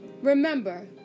Remember